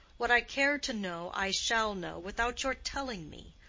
what i care to know i shall know without your telling me.